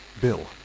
Bill